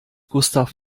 gustav